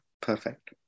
Perfect